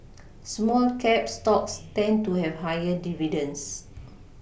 small cap stocks tend to have higher dividends